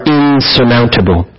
insurmountable